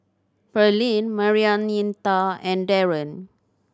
Pearline Marianita and Darren